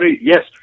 Yes